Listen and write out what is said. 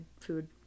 food